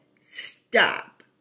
stop